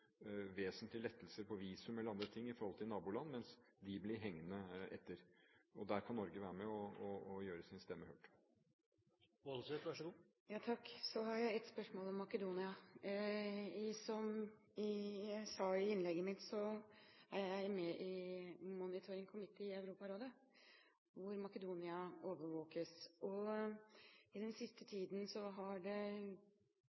vesentlige lettelser for visum eller andre ting i forhold til naboland, mens de blir hengende etter. Der kan Norge være med og gjøre sin stemme hørt. Så har jeg et spørsmål om Makedonia. Som jeg sa i innlegget mitt, er jeg med i Monetary Committee i Europarådet, hvor Makedonia overvåkes. I den siste